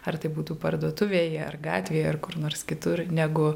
ar tai būtų parduotuvėje ar gatvėje ar kur nors kitur negu